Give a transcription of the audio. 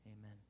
amen